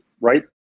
right